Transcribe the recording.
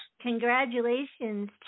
congratulations